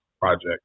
project